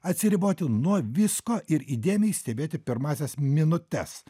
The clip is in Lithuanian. atsiriboti nuo visko ir įdėmiai stebėti pirmąsias minutes